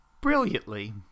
brilliantly